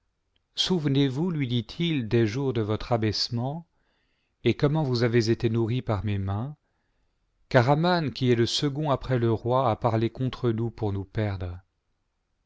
souvenez-vous lui dit-il des jours de votre abaissement et comment vous avez été nourrie par mes mains car aman qui est le second après le roi a parlé contre nous pour nous perdre